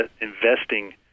investing